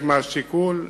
מהשיקול.